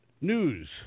News